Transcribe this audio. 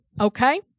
Okay